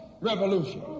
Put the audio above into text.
revolution